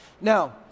Now